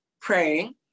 praying